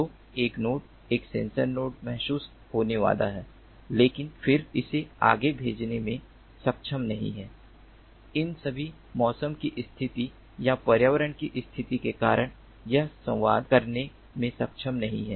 तो एक नोड एक सेंसर नोड महसूस होने वाला है लेकिन फिर इसे आगे भेजने में सक्षम नहीं है इन सभी मौसम की स्थिति या पर्यावरण की स्थिति के कारण यह संवाद करने में सक्षम नहीं है